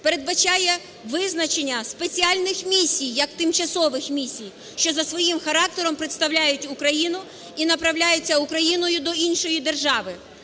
передбачає визначення спеціальних місій, як тимчасових місій, що за своїм характером представляють Україну і направляються Україною до іншої держави.